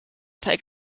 take